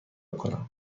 کنم